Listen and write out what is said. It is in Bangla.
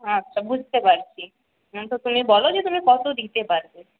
আচ্ছা বুঝতে পারছি তো তুমি বলো যে তুমি কত দিতে পারবে